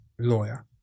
lawyer